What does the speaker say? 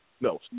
no